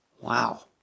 wow